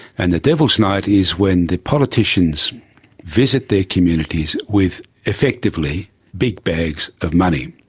and the devil's night is when the politicians visit their communities with effectively big bags of money.